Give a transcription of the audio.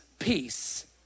peace